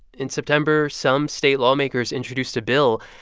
in september, some state lawmakers introduced a bill.